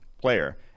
player